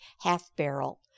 half-barrel